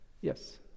Yes